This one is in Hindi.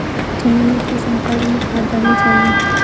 चने में किस अनुपात में खाद डालनी चाहिए?